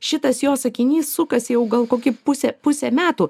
šitas jo sakinys sukasi jau gal kokį pusė pusę metų